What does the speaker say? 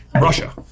Russia